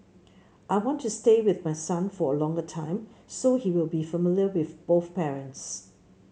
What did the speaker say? I want to stay with my son for a longer time so he will be familiar with both parents